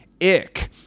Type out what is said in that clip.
ick